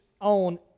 on